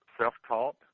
self-taught